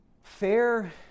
FAIR